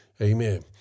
amen